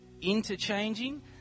interchanging